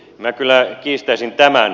minä kyllä kiistäisin tämän